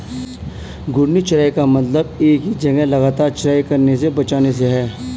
घूर्णी चराई का मतलब एक ही जगह लगातार चराई करने से बचने से है